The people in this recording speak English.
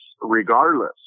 regardless